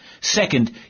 Second